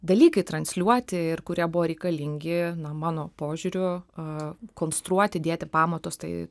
dalykai transliuoti ir kurie buvo reikalingi na mano požiūriu a konstruoti dėti pamatus tai